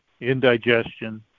indigestion